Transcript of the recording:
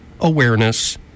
awareness